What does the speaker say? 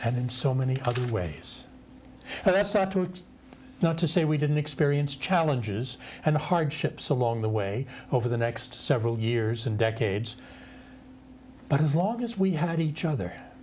and in so many other ways and that's not to say we didn't experience challenges and hardships along the way over the next several years and decades but as long as we had each other